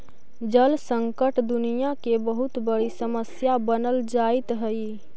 जल संकट दुनियां के बहुत बड़ी समस्या बनल जाइत हई